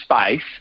space